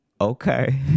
okay